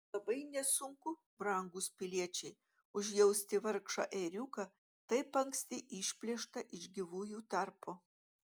labai nesunku brangūs piliečiai užjausti vargšą ėriuką taip anksti išplėštą iš gyvųjų tarpo